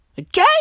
Okay